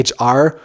HR